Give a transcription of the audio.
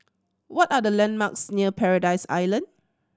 what are the landmarks near Paradise Island